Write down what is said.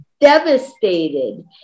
devastated